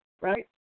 right